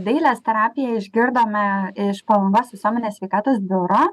dailės terapiją išgirdome iš palangos visuomenės sveikatos biuro